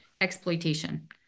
exploitation